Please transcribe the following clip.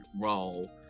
role